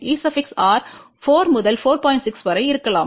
6 வரை இருக்கலாம்